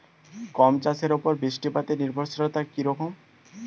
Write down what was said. গম চাষের উপর বৃষ্টিপাতে নির্ভরশীলতা কী রকম?